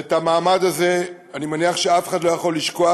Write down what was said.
ואת המעמד הזה אני מניח שאף אחד לא יכול לשכוח,